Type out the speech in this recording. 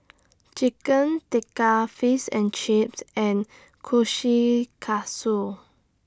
Chicken Tikka Face and Chips and Kushikatsu